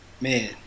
man